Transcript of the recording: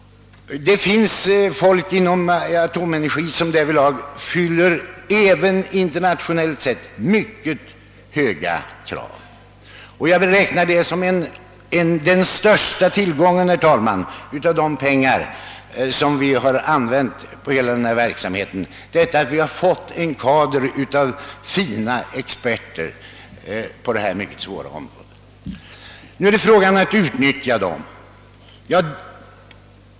Det finns personer i AB Atomenergi som därvidlag fyller även internationellt sett mycket höga krav och, herr talman, jag räknar detta som den största tillgången när det gäller denna verksamhet att vi har fått en kader av experter på detta mycket svåra område. Nu gäller det att utnyttja den.